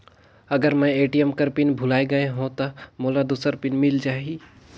अगर मैं ए.टी.एम कर पिन भुलाये गये हो ता मोला दूसर पिन मिल जाही?